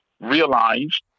realized